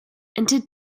entered